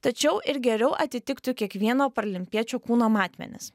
tačiau ir geriau atitiktų kiekvieno paralimpiečio kūno matmenis